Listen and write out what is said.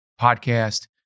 podcast